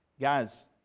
Guys